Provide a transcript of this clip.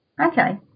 Okay